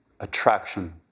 Attraction